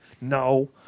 No